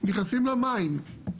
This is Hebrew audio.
נכנסים למים.